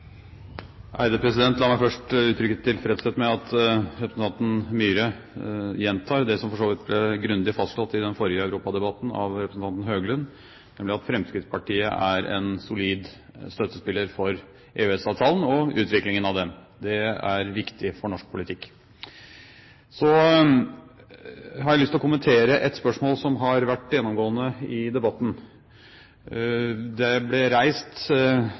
La meg først uttrykke tilfredshet med at representanten Myhre gjentar det som for så vidt ble grundig fastslått i den forrige europadebatten av representanten Høglund, nemlig at Fremskrittspartiet er en solid støttespiller for EØS-avtalen og utviklingen av den. Det er viktig for norsk politikk. Så har jeg lyst til å kommentere et spørsmål som har vært gjennomgående i debatten, og som ble reist